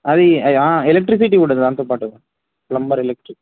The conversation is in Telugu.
అది ఎలక్ట్రిసిటీ కూడా దానితో పాటు ప్లంబర్ ఎలక్ట్రిక్